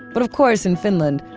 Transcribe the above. but of course, in finland,